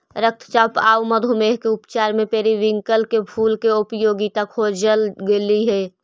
रक्तचाप आउ मधुमेह के उपचार में पेरीविंकल के फूल के उपयोगिता खोजल गेली हे